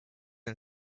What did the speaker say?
and